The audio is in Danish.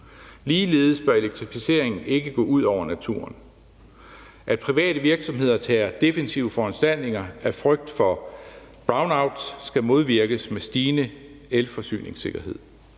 Ligeledes bør elektrificeringen ikke gå ud over naturen. At private virksomheder tager defensive foranstaltninger af frygt for brownouts, skal modvirkes med stigende elforsyningssikkerhed.